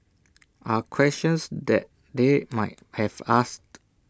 are questions that they might have asked